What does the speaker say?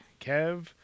Kev